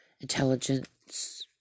intelligence